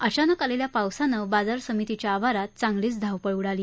अचानक आलेल्या पावसानं बाजार समितीच्या आवारात चांगलीच धावपळ उडाली